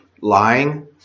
lying